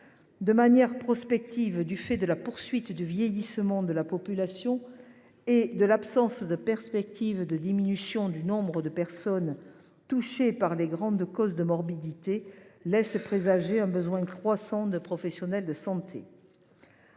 De manière prospective, la poursuite du vieillissement de la population et l’absence de perspective de diminution du nombre de personnes touchées par les grandes causes de morbidité laissent présager un besoin croissant de professionnels de santé.